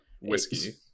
whiskey